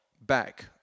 back